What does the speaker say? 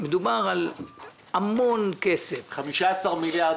מדובר על המון כסף --- 15 מיליארד.